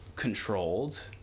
Controlled